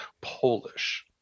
Polish